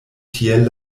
tiel